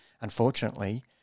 unfortunately